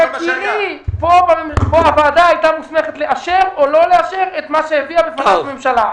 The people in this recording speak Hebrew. פה הוועדה הייתה מוסמכת לאשר או לא לאשר את מה שהביאה בפניה הממשלה.